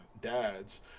dad's